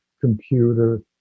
computer